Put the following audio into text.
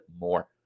more